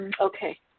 Okay